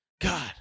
God